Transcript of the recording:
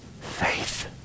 faith